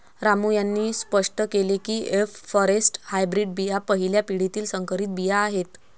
रामू यांनी स्पष्ट केले की एफ फॉरेस्ट हायब्रीड बिया पहिल्या पिढीतील संकरित बिया आहेत